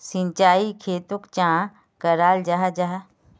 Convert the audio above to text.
सिंचाई खेतोक चाँ कराल जाहा जाहा?